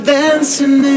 dancing